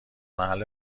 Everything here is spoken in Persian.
محل